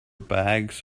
bags